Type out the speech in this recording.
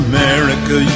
America